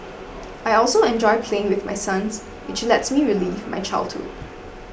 I also enjoy playing with my sons which lets me relive my childhood